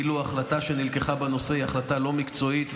שההחלטה שנלקחה בנושא היא החלטה לא מקצועית,